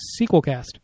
SequelCast